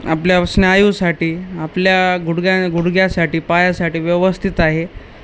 आपल्या स्नायूसाठी आपल्या गुडग्या गुडघ्यासाठी पायासाठी व्यवस्थित आहे